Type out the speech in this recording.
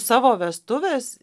savo vestuvės